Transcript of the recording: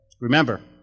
Remember